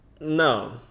No